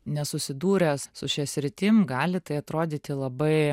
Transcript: nesusidūręs su šia sritim gali tai atrodyti labai